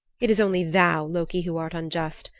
it is only thou, loki, who art unjust.